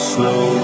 Slow